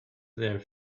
their